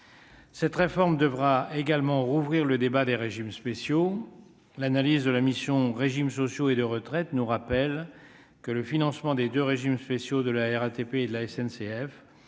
cette réforme devra également rouvrir le débat des régimes spéciaux, l'analyse de la mission régimes sociaux et de retraite, nous rappelle que le financement des de régimes spéciaux de la RATP, de la SNCF